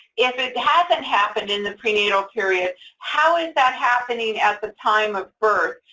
if it hasn't happened in the prenatal period, how is that happening at the time of birth,